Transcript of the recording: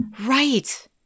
Right